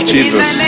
Jesus